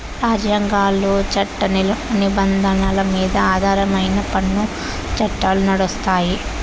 రాజ్యాంగాలు, చట్టాల నిబంధనల మీద ఆధారమై పన్ను చట్టాలు నడుస్తాయి